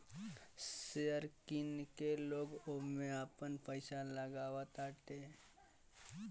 share किन के लोग ओमे आपन पईसा लगावताटे